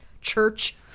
church